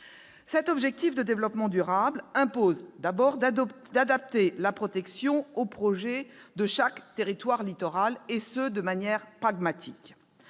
Cet objectif de développement durable impose d'abord d'adapter la protection aux projets de chaque territoire littoral, de manière pragmatique.